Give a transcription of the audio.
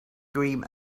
dream